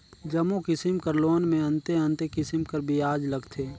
जम्मो किसिम कर लोन में अन्ते अन्ते किसिम कर बियाज लगथे